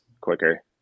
quicker